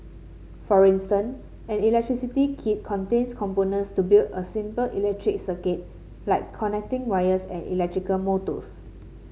for instance an electricity kit contains components to build a simple electric circuit like connecting wires and electrical motors